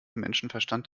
menschenverstand